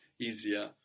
easier